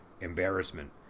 embarrassment